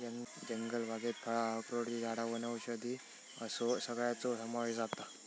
जंगलबागेत फळां, अक्रोडची झाडां वनौषधी असो सगळ्याचो समावेश जाता